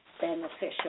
beneficial